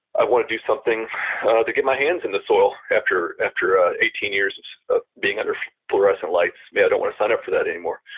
i want to do something to get my hands in the soil after after ah eighteen years of being under fluorescent lights. maybe i don't want to sign up for that anymore.